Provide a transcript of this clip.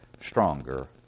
stronger